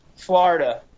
florida